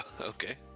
Okay